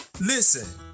Listen